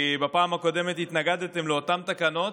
כי בפעם הקודמת התנגדתם לאותן תקנות,